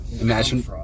Imagine